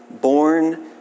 born